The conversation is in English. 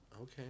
Okay